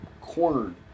cornered